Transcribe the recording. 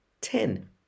ten